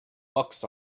bucks